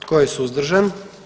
Tko je suzdržan?